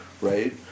right